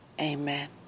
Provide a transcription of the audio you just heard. Amen